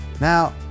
Now